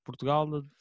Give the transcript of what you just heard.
Portugal